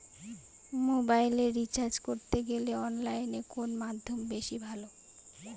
মোবাইলের রিচার্জ করতে গেলে অনলাইনে কোন মাধ্যম বেশি ভালো?